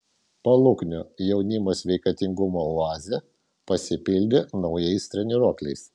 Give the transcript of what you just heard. paluknio jaunimo sveikatingumo oazė pasipildė naujais treniruokliais